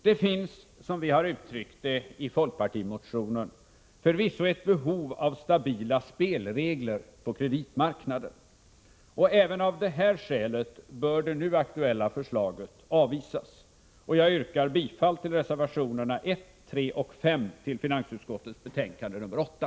Det finns, som vi har uttryckt det i folkpartimotionen, förvisso ett behov av stabila spelregler på kreditmarknaden. Även av det här skälet bör det nu aktuella förslaget avvisas. Jag yrkar bifall till reservationerna nr 1, 3 och 5, som är fogade till finansutskottets betänkande nr 8.